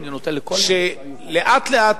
שלאט לאט,